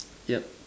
yeah